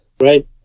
right